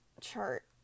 chart